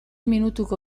minutuko